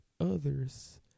others